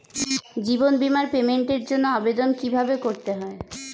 জীবন বীমার পেমেন্টের জন্য আবেদন কিভাবে করতে হয়?